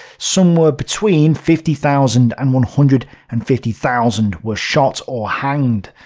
somewhere between fifty thousand and one hundred and fifty thousand were shot or hanged.